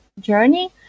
journey